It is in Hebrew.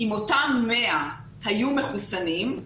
אם אותם 100 היו מחוסנים,